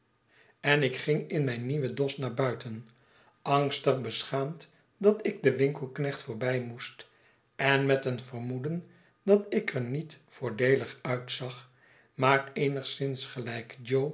en ik ging in mijn nieuwen dos naar buiten angstig beschaamd dat ik den winkelknecht voorbij moest en met een vermoeden dat ik er niet voordeelig uitzag maar eenigszins gelijk